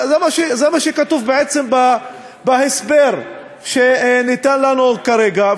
זה מה שכתוב בעצם בהסבר שניתן לנו כרגע.